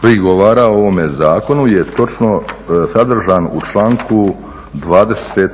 prigovara o ovome zakonu je točno sadržan u članku 22.